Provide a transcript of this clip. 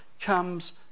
comes